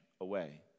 away